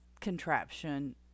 contraption